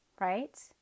right